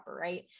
right